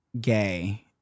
gay